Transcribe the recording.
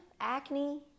acne